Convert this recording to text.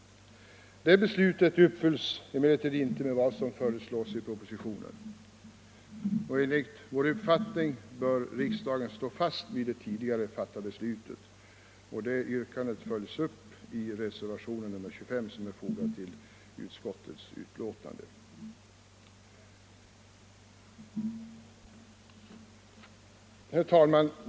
Detta beslut uppfylls inte med vad som föreslås i — m.m. propositionen. Och enligt vår uppfattning bör riksdagen stå fast vid det tidigare fattade beslutet. Det yrkandet följs upp i reservationen 25, som är fogad vid utskottets betänkande. Herr talman!